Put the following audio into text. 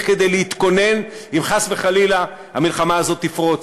כדי להתכונן אם חס וחלילה המלחמה הזאת תפרוץ